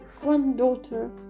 granddaughter